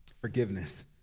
Forgiveness